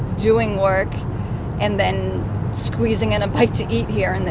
doing work and then squeezing in a bite to eat here and there,